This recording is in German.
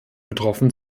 betroffen